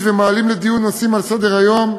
ומעלים לדיון נושאים שעל סדר-היום,